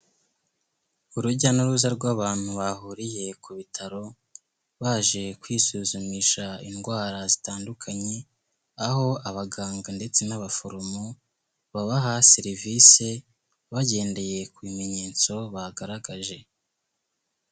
Urujya n'uruza rw'abantu bahuriye ku bitaro, baje kwisuzumisha indwara zitandukanye, aho abaganga ndetse n'abaforomo, babaha serivisi bagendeye ku bimenyetso bagaragaje.